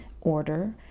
order